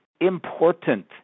important